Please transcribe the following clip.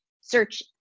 search